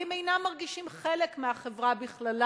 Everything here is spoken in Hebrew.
כי הם אינם מרגישים חלק מהחברה בכללה,